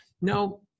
no